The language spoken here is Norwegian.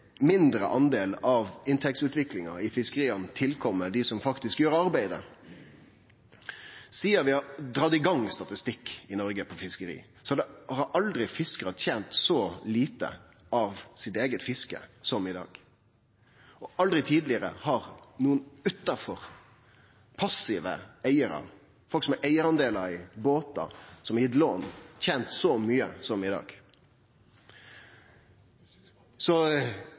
mindre del av inntektsutviklinga i fiskeria går til dei som faktisk gjer arbeidet. Sidan vi har hatt statistikk på fiskeri i Noreg, har aldri fiskarar tent så lite av sitt eige fiske som i dag. Aldri tidlegare har nokon utanfor, passive eigarar, folk som har eigardelar i båtar, som har gitt lån – tent så mykje som i dag.